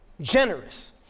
generous